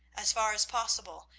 as far as possible,